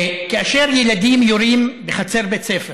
כאשר ילדים יורים בחצר בית ספר